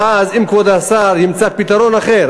ואז אם כבוד השר ימצא פתרון אחר,